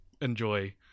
enjoy